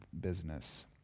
business